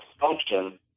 function